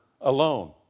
alone